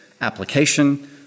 application